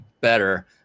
better